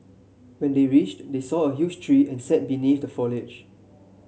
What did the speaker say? when they reached they saw a huge tree and sat beneath the foliage